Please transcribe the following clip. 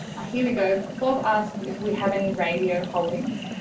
ah, here we go bob asked if we have any radio holdings?